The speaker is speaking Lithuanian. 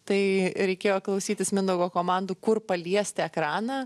tai reikėjo klausytis mindaugo komandų kur paliesti ekraną